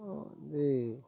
வந்து